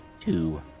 two